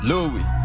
Louis